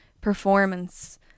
performance